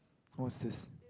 what's this